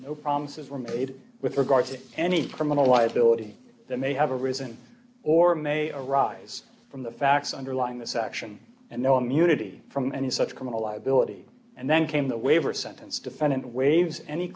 no promises were made with regard to any criminal liability that may have arisen or may arise from the facts underlying this action and no immunity from any such criminal liability and then came the waiver sentence defendant waives any